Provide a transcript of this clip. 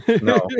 no